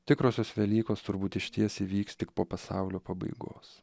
tikrosios velykos turbūt išties įvyks tik po pasaulio pabaigos